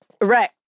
Right